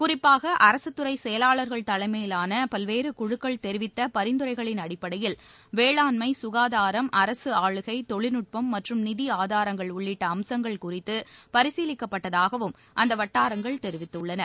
குறிப்பாக அரசுத்துறை செயலாளர்கள் தலைமையிலாள பல்வேறு குழுக்கள் தெரிவித்த பரிந்துரைகளின் அடிப்படையில் வேளாண்மை சுகாதாரம் அரசு ஆளுகை தொழில்நுட்பம் மற்றும் நிதி ஆதாரங்கள் உள்ளிட்ட அம்சங்கள் குறித்து பரிசீலிக்கப்பட்டதாகவும் அந்த வட்டாரங்கள் தெரிவித்துள்ளன